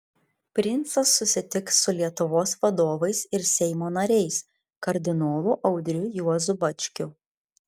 princas susitiks su lietuvos vadovais ir seimo nariais kardinolu audriu juozu bačkiu